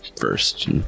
first